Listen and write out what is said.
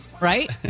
right